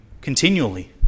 continually